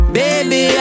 baby